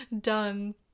done